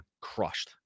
crushed